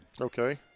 Okay